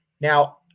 Now